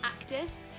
actors